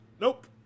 Nope